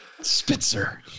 Spitzer